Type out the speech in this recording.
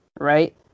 right